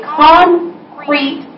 concrete